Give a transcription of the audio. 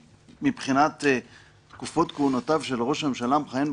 מבחינת תקופות כהונותיו של ראש הממשלה המכהן,